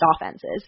offenses